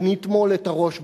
ונטמון את הראש בחול,